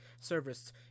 service